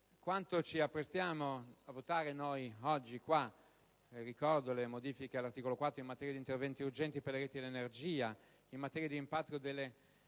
Quanto ci apprestiamo a votare oggi - ricordo le modifiche all'articolo 4 in materia di interventi urgenti per le reti e l'energia e in materia di impatto delle